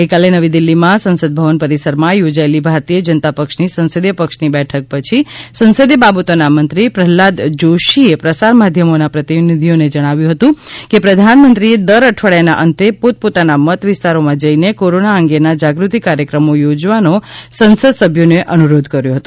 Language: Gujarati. ગઇકાલે નવી દિલ્હીમાં સંસદભવન પરીસરમાં યોજાયેલી ભારતીય જનતા પક્ષની સંસદીય પક્ષની બેઠક પછી સંસદીય બાબતોના મંત્રી પ્રહલાદ જોષીએ પ્રસાર માધ્યમોના પ્રતિનિધિઓને જણાવ્યું હતું કે પ્રધાનમંત્રીએ દર અઠવાડીયાના અંતે પોત પોતાના મત વિસ્તારમાં જઇને કોરોના અંગેના જાગૃતિ કાર્યક્રમો યોજવાનો સંસદ સભ્યોને અનુરોધ કર્યો હતો